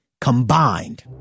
combined